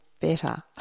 better